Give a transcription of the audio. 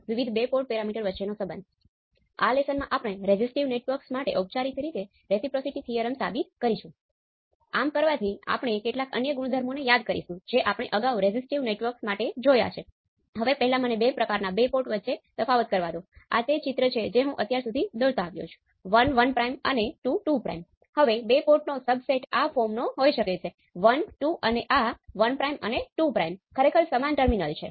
હવે આપણે એ સમજી ગયા છીએ કે ઓપ એમ્પ થાય છે